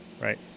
right